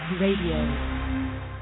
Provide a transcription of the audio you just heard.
Radio